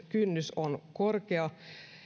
kynnys on korkea